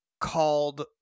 called